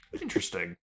Interesting